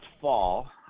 fall